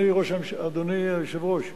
אדוני היושב-ראש,